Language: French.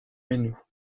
menehould